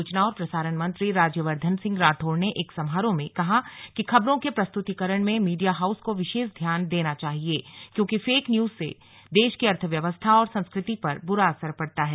सूचना और प्रसारण मंत्री राज्यववर्धन सिंह राठौड़ ने एक समारोह में कहा कि खबरों के प्रस्तुतिकरण में मीडिया हाउस को विशेष ध्यान देना चाहिए क्योंकि फेक न्यूज से देश की अर्थव्यवस्था और संस्कृति पर बुरा असर पड़ता है